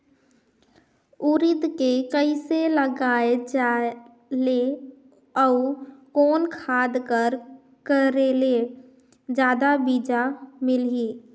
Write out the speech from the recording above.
उरीद के कइसे लगाय जाले अउ कोन खाद कर करेले जादा बीजा मिलही?